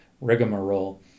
rigmarole